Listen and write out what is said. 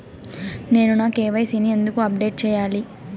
నేను నా కె.వై.సి ని ఎందుకు అప్డేట్ చెయ్యాలి?